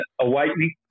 awakening